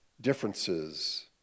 Differences